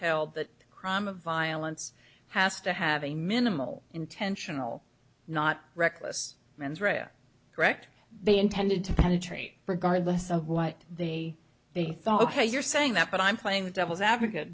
held that crime of violence has to have a minimal intentional not reckless mens rea correct they intended to penetrate regardless of what they they thought ok you're saying that but i'm playing devil's advocate